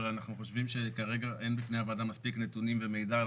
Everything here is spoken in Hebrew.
אבל אנחנו חושבים שכרגע אין בפני הוועדה מספיק נתונים ומידע.